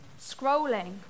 scrolling